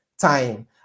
time